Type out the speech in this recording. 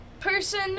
Person